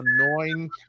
annoying